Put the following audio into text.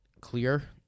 clear